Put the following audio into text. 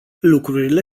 lucrurile